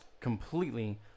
completely